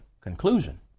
conclusion